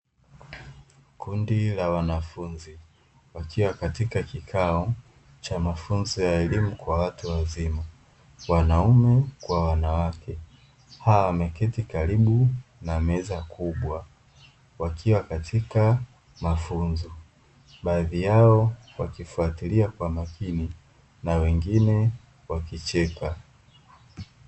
Kundi la wanafunzi wakiwa katika kikao cha mafunzo ya elimu kwa watu wazima (wanaume kwa wanawake), hawa wameketi karibu na meza kubwa wakiwa katika mafunzo, baadhi yao wakifuatilia kwa makini na wengine wakicheka.